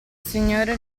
signora